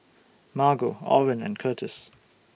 Margo Oren and Kurtis